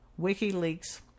WikiLeaks